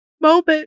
moment